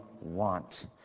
want